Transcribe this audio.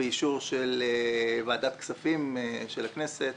באישור של ועדת הכספים של הכנסת,